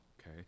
okay